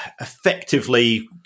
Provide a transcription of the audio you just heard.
effectively